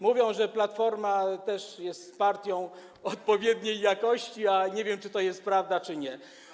Mówią też, że Platforma jest partią o odpowiedniej jakości, a nie wiem, czy to jest prawda, czy nie.